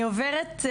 אני עוברת,